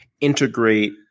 integrate